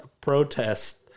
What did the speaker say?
protest